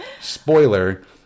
Spoiler